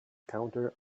counter